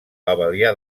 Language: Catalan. abelià